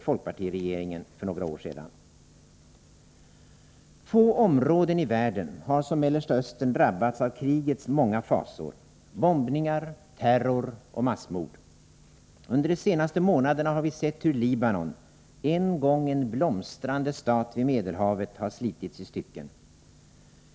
Få områden i världen har som Mellersta Östern drabbats av krigets många fasor: bombningar, terror och massmord. Under de senaste månaderna har vi sett hur Libanon, en gång en blomstrande stat vid Medelhavet, har slitits i stycken.